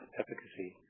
efficacy